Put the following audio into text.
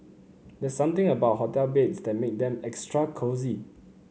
there's something about hotel beds that make them extra cosy